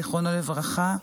זיכרונו לברכה,